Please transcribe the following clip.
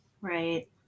Right